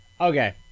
Okay